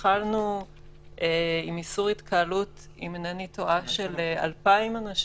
התחלנו עם איסור התקהלות של 2,000 אנשים,